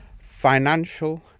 financial